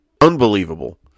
Unbelievable